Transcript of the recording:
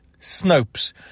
Snopes